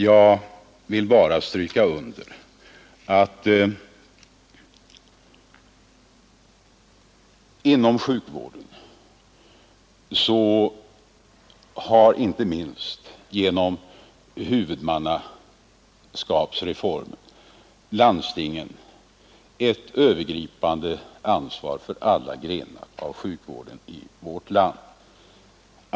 Jag vill bara understryka att landstingen, inte minst genom huvudmannaskapsreformen, har ett övergripande ansvar för alla grenar av sjukvården i vårt land.